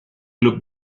club